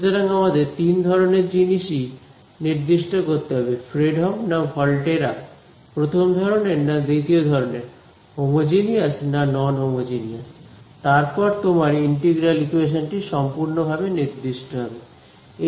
সুতরাং আমাদের তিন ধরনের জিনিসই নির্দিষ্ট করতে হবে ফ্রেডহোম না ভলটেরা প্রথম ধরনের না দ্বিতীয় ধরনের হোমোজিনিয়াস না নন হোমোজিনিয়াস তারপর তোমার ইন্টিগ্রাল ইকুয়েশন টি সম্পূর্ণ ভাবে নির্দিষ্ট হবে